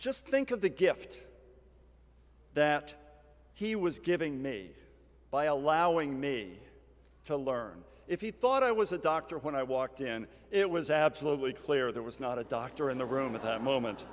just think of the gift that he was giving me by allowing me to learn if he thought i was a doctor when i walked in it was absolutely clear there was not a doctor in the room at that moment